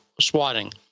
swatting